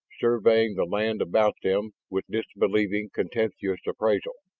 surveying the land about them with disbelieving, contemptuous appraisal.